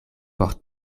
por